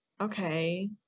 okay